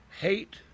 Hate